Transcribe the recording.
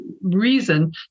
reason